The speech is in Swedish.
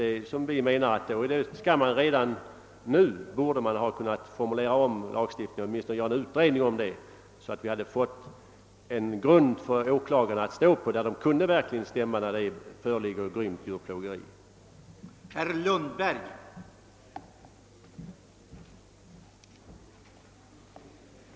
Enligt vår uppfattning borde man därför redan nu ha kunnat formulera om lagstiftningen eller åtminstone tillsätta en utredning, så att vi kunnat få en grund för åklagaren att stå på och han kunde stämma i alla de fall där grovt djurplågeri föreligger.